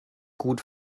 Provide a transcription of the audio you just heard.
gut